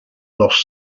lost